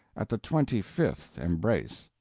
at the twenty-fifth embrace.